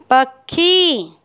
पखी